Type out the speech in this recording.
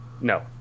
No